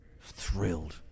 Thrilled